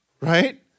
right